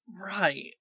Right